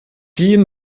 jeden